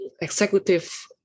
executive